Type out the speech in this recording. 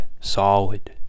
solid